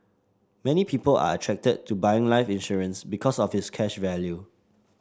many people are attracted to buying life insurance because of its cash value